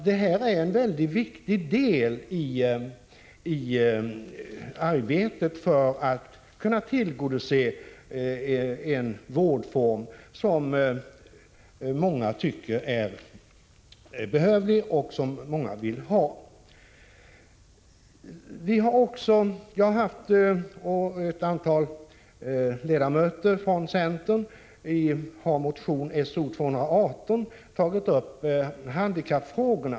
Det är en mycket viktig del i arbetet för en vårdform som många tycker är behövlig och som många vill ha. Ett antal ledamöter från centern har i motion S0218 tagit upp handikappfrågorna.